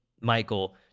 Michael